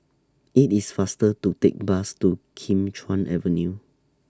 IT IS faster to Take Bus to Kim Chuan Avenue